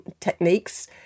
techniques